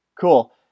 Cool